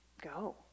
go